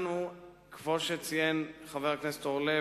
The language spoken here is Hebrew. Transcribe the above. כמו שציין חבר הכנסת אורלב,